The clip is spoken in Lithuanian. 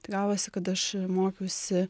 tai gavosi kad aš mokiausi